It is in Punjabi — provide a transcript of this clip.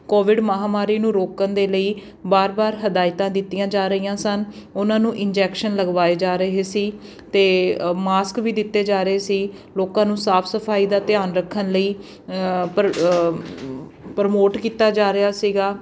ਕੋਵਿਡ ਮਹਾਂਮਾਰੀ ਨੂੰ ਰੋਕਣ ਦੇ ਲਈ ਬਾਰ ਬਾਰ ਹਦਾਇਤਾਂ ਦਿੱਤੀਆਂ ਜਾ ਰਹੀਆਂ ਸਨ ਉਹਨਾਂ ਨੂੰ ਇੰਜੈਕਸ਼ਨ ਲਗਵਾਏ ਜਾ ਰਹੇ ਸੀ ਤੇ ਮਾਸਕ ਵੀ ਦਿੱਤੇ ਜਾ ਰਹੇ ਸੀ ਲੋਕਾਂ ਨੂੰ ਸਾਫ਼ ਸਫ਼ਾਈ ਦਾ ਧਿਆਨ ਰੱਖਣ ਲਈ ਪ੍ਰ ਪ੍ਰਮੋਟ ਕੀਤਾ ਜਾ ਰਿਹਾ ਸੀਗਾ